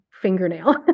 fingernail